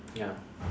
ya